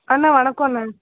அண்ணா வணக்கோண்ணா